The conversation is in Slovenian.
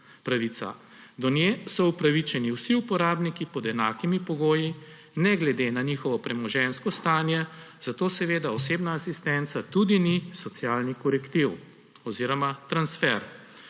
pravica. Do nje so upravičeni vsi uporabniki pod enakimi pogoji ne glede na njihovo premoženjsko stanje, zato seveda osebna asistenca tudi ni socialni korektiv oziroma transfer.